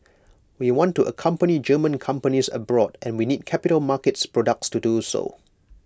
we want to accompany German companies abroad and we need capital markets products to do so